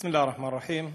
בסם אללה א-רחמאן א-רחים.